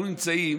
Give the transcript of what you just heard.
אנחנו נמצאים